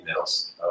emails